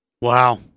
Wow